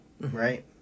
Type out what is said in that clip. Right